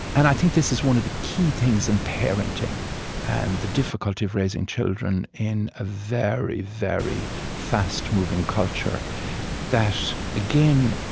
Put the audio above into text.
and i think this is one of the key things in parenting and the difficulty of raising children in a very, very fast-moving culture that again,